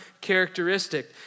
characteristic